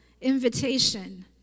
invitation